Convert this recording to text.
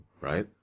right